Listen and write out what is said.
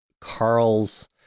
Carl's